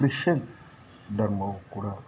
Christian ಧರ್ಮವು ಕೂಡ